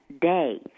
day